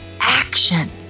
action